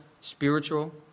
spiritual